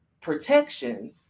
protection